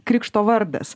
krikšto vardas